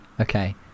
Okay